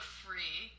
free